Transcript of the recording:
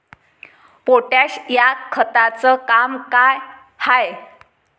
Potash या खताचं काम का हाय?